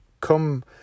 come